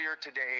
today